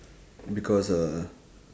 because uh